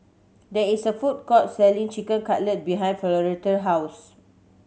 there is a food court selling Chicken Cutlet behind Floretta house